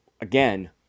again